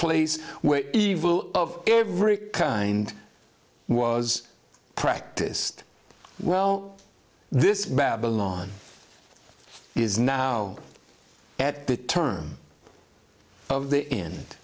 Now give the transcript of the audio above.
place where evil of every kind was practiced well this babylon is now at the turn of the